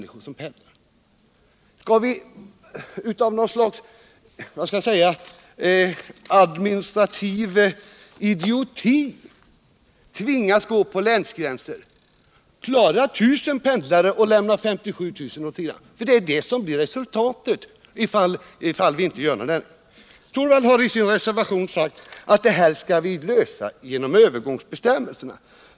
Skall vi av något slags låt mig säga administrativ idioti tvingas gå på länsgränserna och klara 1 000 pendlare men ställa 57 000 åt sidan? Det är det som blir resultatet ifall vi inte gör någon ändring. Herr Torwald har i sin reservation sagt att vi skall lösa det här genom övergångsbestämmelserna.